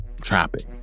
trapping